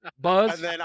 Buzz